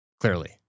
clearly